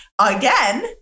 again